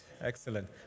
excellent